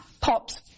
pops